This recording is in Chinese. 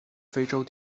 非洲